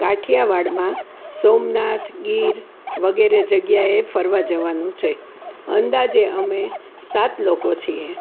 કાઠિયાવાડમાં સોમનાથ ગીર વગેરે જગ્યાએ ફરવા જવાનું છે અંદાજે અમે સાત લોકો છીએ